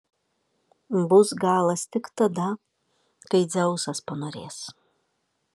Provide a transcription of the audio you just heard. bus galas tik tada kai dzeusas panorės